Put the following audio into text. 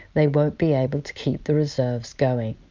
they won't be able to keep the reserves going.